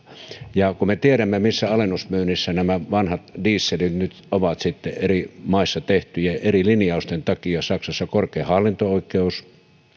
ja kun me tiedämme missä alennusmyynnissä nämä vanhat dieselit nyt ovat sitten eri maissa tehtyjen eri linjausten takia saksassa korkein hallinto oikeus